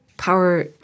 power